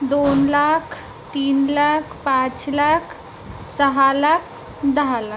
दोन लाख तीन लाख पाच लाख सहा लाख दहा लाख